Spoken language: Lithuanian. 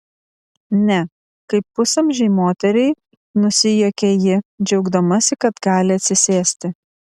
ne kaip pusamžei moteriai nusijuokia ji džiaugdamasi kad gali atsisėsti